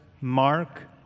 Mark